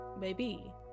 baby